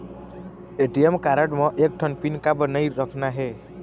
ATM card म एक ठन पिन काबर नई रखना हे?